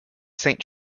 saint